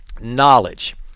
Knowledge